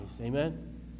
Amen